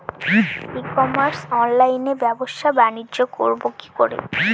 ই commerce অনলাইনে ব্যবসা বানিজ্য করব কি করে?